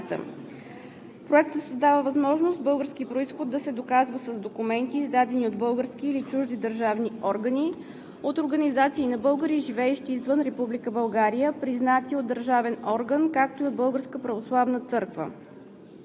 Проектът създава възможност български произход да се доказва с документи, издадени от български или чужди държавни органи, от организации на българи, живеещи извън Република България, признати от държавен орган, както и от Българската православна църква.